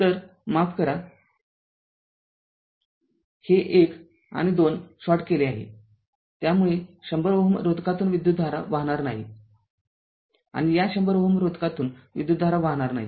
तरमाफ करा हे १ आणि २ शॉर्ट केले आहे तर त्यामुळे १०० Ω रोधकातून विद्युतधारा वाहणार नाही आणि या १०० Ω रोधकातून विद्युतधारा वाहणार नाही